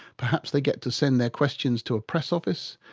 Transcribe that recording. perhaps they get to send their questions to a press office,